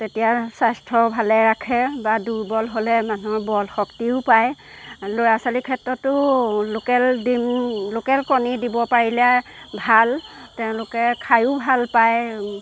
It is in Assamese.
তেতিয়া স্বাস্থ্য ভালে ৰাখে বা দুৰ্বল হ'লে মানুহৰ বল শক্তিও পায় ল'ৰা ছোৱালীৰ ক্ষেত্ৰতো লোকেল ডিম লোকেল কণী দিব পাৰিলে ভাল তেওঁলোকে খায়ো ভাল পায়